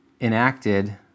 enacted